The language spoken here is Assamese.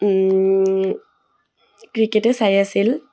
ক্ৰিকেটে চাই আছিল